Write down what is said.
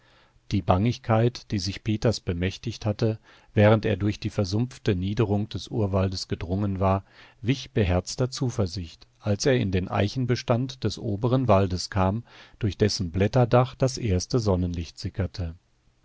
die bangigkeit die sich peters bemächtigt hatte während er durch die versumpfte niederung des urwaldes gedrungen war wich beherzter zuversicht als er in den eichenbestand des oberen waldes kam durch dessen blätterdach das erste sonnenlicht